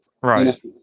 Right